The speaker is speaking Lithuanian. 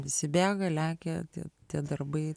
visi bėga lekia tie darbai